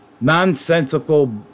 ...nonsensical